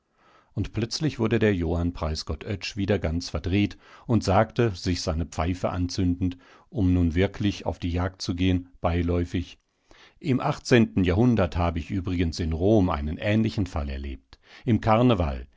und plötzlich wurde der johann preisgott oetsch wieder ganz verdreht und sagte sich seine pfeife anzündend um nun wirklich auf die jagd zu gehen beiläufig im achtzehnten jahrhundert habe ich übrigens in rom einen ähnlichen fall erlebt im karneval